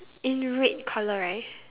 in red colour right